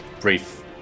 brief